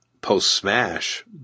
post-Smash